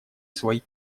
свои